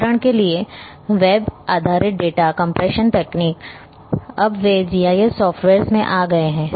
उदाहरण के लिए वेब आधारित डेटा कम्प्रेशन तकनीक अब वे जीआईएस सॉफ्टवेयर्स में आ गए हैं